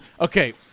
okay